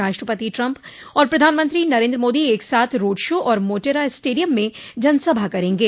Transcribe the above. राष्ट्रपति ट्रंप और प्रधानमंत्री नरेन्द्र मोदी एक साथ रोड शो और मोटेरा स्टेडियम में जनसभा करेंगे